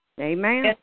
Amen